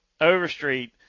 Overstreet